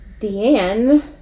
Deanne